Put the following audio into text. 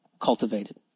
cultivated